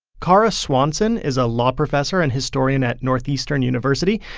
kara swanson is a law professor and historian at northeastern university,